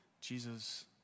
Jesus